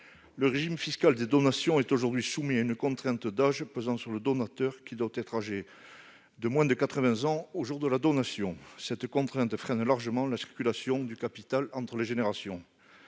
Le régime fiscal des donations est aujourd'hui soumis à une contrainte d'âge pesant sur le donateur, qui doit être âgé de moins de 80 ans au jour de la donation. Cette contrainte freine largement la circulation du capital entre les générations.